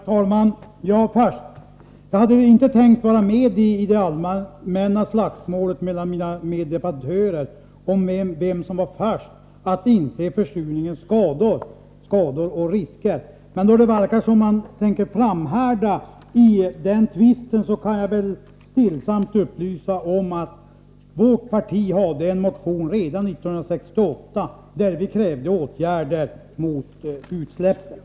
Herr talman! Jag hade inte tänkt vara med i det allmänna slagsmålet mellan mina meddebattörer om vem som först insåg försurningens skador och risker. Men då det verkar som om de avser att framhärda i den tvisten, kan jag stillsamt upplysa om att vårt parti redan 1968 väckte en motion där vi krävde åtgärder mot utsläppen.